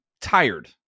tired